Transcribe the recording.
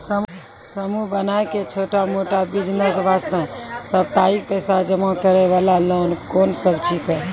समूह बनाय के छोटा मोटा बिज़नेस वास्ते साप्ताहिक पैसा जमा करे वाला लोन कोंन सब छीके?